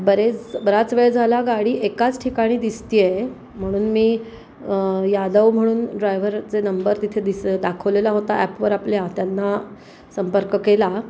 बरेच बराच वेळ झाला गाडी एकाच ठिकाणी दिसते आहे म्हणून मी यादव म्हणून ड्रायव्हरचे नंबर तिथे दिस दाखवलेला होता ॲपवर आपल्या त्यांना संपर्क केला